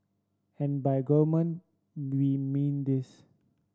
and by gourmet we mean this